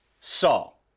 Saul